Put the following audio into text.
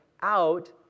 out